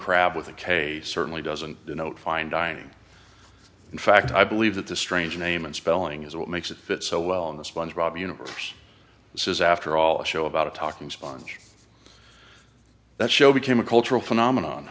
crab with a k certainly doesn't denote fine dining in fact i believe that the strange name and spelling is what makes it fit so well in the sponge bob universe this is after all a show about a talking sponge that show became a cultural phenomenon